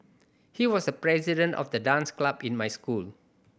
he was the president of the dance club in my school